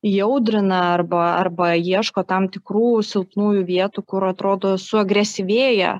įaudrina arba arba ieško tam tikrų silpnųjų vietų kur atrodo su agresyvėja